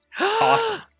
Awesome